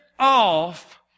off